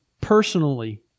personally